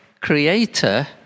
creator